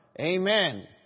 Amen